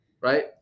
Right